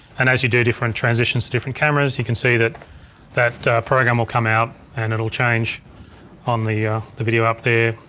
and as you do different transitions to different cameras you can see that that program will come out and it'll change on the the video up there.